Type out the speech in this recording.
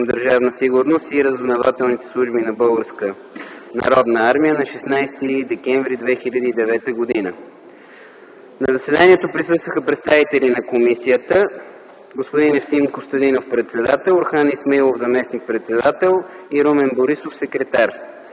Държавна сигурност и разузнавателните служби на Българската народна армия на 16 декември 2009 г. На заседанието присъстваха представители на комисията – господин Евтим Костадинов, председател, Орхан Исмаилов, заместник-председател, и Румен Борисов, секретар.